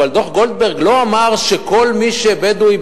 אבל דוח-גולדברג לא אמר שכל מי שבדואי,